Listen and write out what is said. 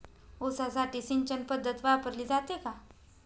ऊसासाठी सिंचन पद्धत वापरली जाते का?